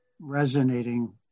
resonating